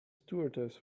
stewardess